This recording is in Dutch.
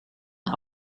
een